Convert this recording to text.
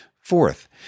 Fourth